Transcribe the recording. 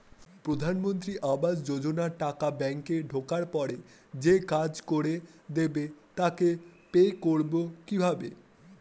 প্রধানমন্ত্রী আবাস যোজনার টাকা ব্যাংকে ঢোকার পরে যে কাজ করে দেবে তাকে পে করব কিভাবে?